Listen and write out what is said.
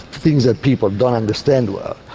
things that people don't understand well.